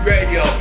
Radio